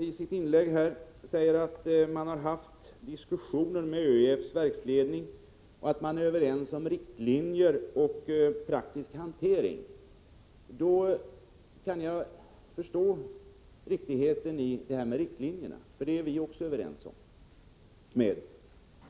i sitt inlägg säger att man har fört diskussioner med ÖEF:s verksledning och är överens med den om riktlinjer och praktisk hantering, förstår jag att man är överens om riktlinjerna. Även vi är överens med regeringen om dem.